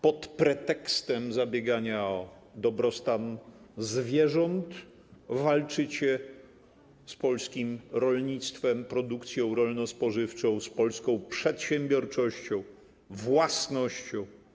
Pod pretekstem zabiegania o dobrostan zwierząt walczycie z polskim rolnictwem, produkcją rolno-spożywczą, z polską przedsiębiorczością, własnością.